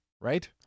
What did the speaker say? right